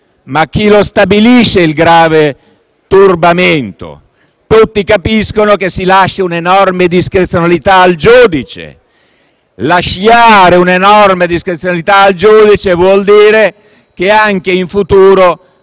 Ma chi stabilisce il grave turbamento? Tutti capiscono che si lascia un'enorme discrezionalità al giudice. Lasciare un'enorme discrezionalità al giudice vuol dire che anche in futuro